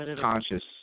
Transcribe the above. Conscious